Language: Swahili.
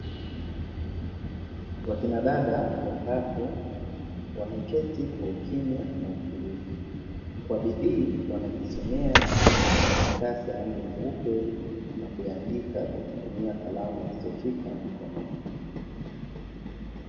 Wakina dada watatu wameketi kwa ukimya na utulivu. Kwa bidii wanajisomea na karatasi ya rangi nyeupe na kuyaandika kwa kutumia kalamu walizoshika mikononi.